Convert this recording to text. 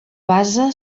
base